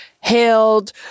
hailed